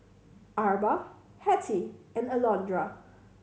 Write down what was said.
Arba Hettie and Alondra